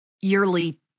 yearly